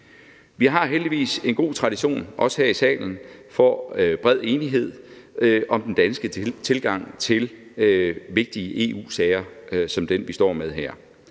Vi har heldigvis en god tradition, også her i salen, for bred enighed om den danske tilgang til vigtige EU-sager som den, vi står med her.